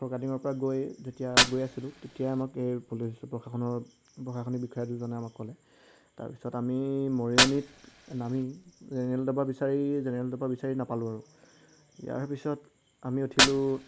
ফৰকাটিঙৰপৰা গৈ যেতিয়া গৈ আছিলোঁ তেতিয়াই আমাক এই পুলিচ প্ৰশাসনৰ প্ৰশাসনিক বিষয়ে দুজনে আমাক ক'লে তাৰপিছত আমি মৰিয়নিত নামি জেনেৰেল ডবা বিচাৰি জেনেৰেল ডবা বিচাৰি নাপালোঁ আৰু ইয়াৰ পিছত আমি উঠিলোঁ